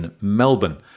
Melbourne